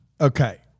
Okay